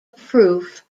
proof